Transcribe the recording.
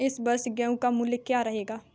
इस वर्ष गेहूँ का मूल्य क्या रहेगा?